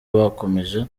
wakomeje